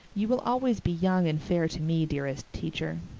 you will always be young and fair to me, dearest teacher.